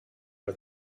for